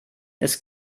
ist